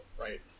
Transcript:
right